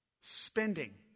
Spending